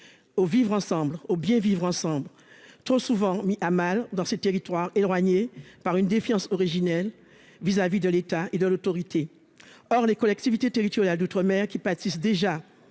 pour le bien vivre ensemble, trop souvent mis à mal dans ces territoires éloignés, en raison d'une défiance originelle à l'égard de l'État et de l'autorité. Or les collectivités territoriales d'outre-mer, qui pâtissent déjà